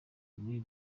muri